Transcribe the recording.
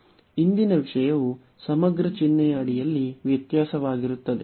ಇಂದಿನ ವಿಷಯವು ಸಮಗ್ರ ಚಿಹ್ನೆಯ ಅಡಿಯಲ್ಲಿ ವ್ಯತ್ಯಾಸವಾಗಿರುತ್ತದೆ